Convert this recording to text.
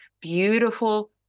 beautiful